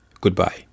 Goodbye